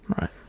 right